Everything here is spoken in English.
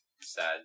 Sad